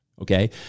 okay